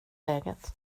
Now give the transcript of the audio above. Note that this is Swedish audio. läget